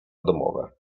domowe